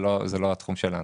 זה לא התחום שלנו.